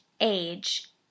age